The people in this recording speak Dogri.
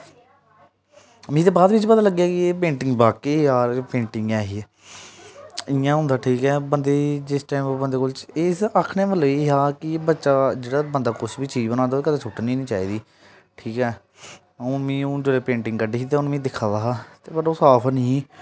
मी ते बाद बिच पता लग्गेआ कि एह् पेंटिंग वाकई यार पेंटिंग ऐही इ'यां होंदा ठीक ऐ बंदे गी जिस टाइम बंदे कोल बंदे आखने दा मतलब ऐ हा कि बच्चा जेह्ड़ा बंदा कुछ बी चीज बनांदा कदें सुट्टनी निं चाहिदी ठीक ऐ हून मिगी हून जेल्लै पेंटिंग कड्ढी ही ते हून में दिक्खा दा पर ओह् साफ ऐनी ही